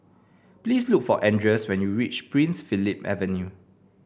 please look for Andreas when you reach Prince Philip Avenue